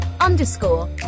underscore